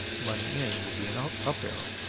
money in, would be an up up arrow.